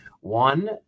one